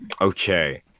Okay